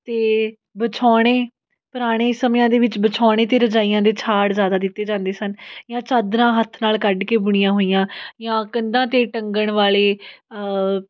ਅਤੇ ਵਿਛਾਉਣੇ ਪੁਰਾਣੇ ਸਮਿਆਂ ਦੇ ਵਿੱਚ ਵਿਛੋਣੇ ਅਤੇ ਰਜਾਈਆਂ ਦੇ ਛਾੜ ਜ਼ਿਆਦਾ ਦਿੱਤੇ ਜਾਂਦੇ ਸਨ ਜਾਂ ਚਾਦਰਾਂ ਹੱਥ ਨਾਲ ਕੱਢ ਕੇ ਬੁਣੀਆਂ ਹੋਈਆਂ ਜਾਂ ਕੰਧਾਂ 'ਤੇ ਟੰਗਣ ਵਾਲੇ